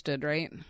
right